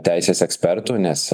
teisės ekspertų nes